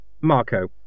Marco